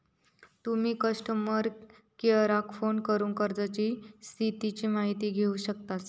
तुम्ही कस्टमर केयराक फोन करून कर्जाच्या स्थितीची माहिती घेउ शकतास